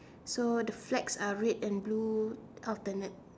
so the flags are red and blue alternate